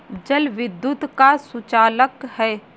जल विद्युत का सुचालक है